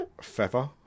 Feather